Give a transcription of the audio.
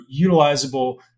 utilizable